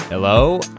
Hello